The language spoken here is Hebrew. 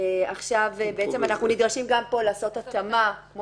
עכשיו אנחנו נדרשים גם פה לעשות התאמה כמו